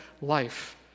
life